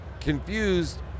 confused